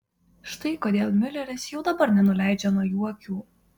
štai kodėl miuleris jau dabar nenuleidžia nuo jų akių